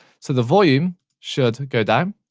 so the volume should go down.